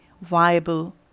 viable